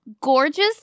gorgeous